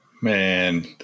Man